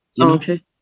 Okay